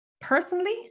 personally